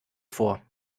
vor